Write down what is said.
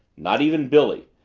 not even billy.